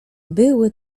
były